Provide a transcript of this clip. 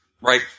right